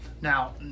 Now